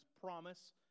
promise